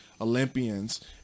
Olympians